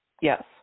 Yes